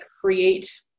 create